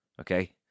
Okay